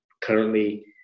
currently